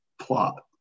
plot